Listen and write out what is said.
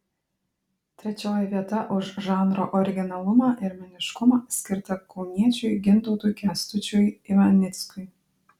trečioji vieta už žanro originalumą ir meniškumą skirta kauniečiui gintautui kęstučiui ivanickui